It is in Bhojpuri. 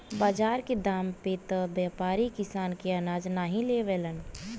बाजार के दाम पे त व्यापारी किसान के अनाज नाहीं लेवलन